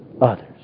others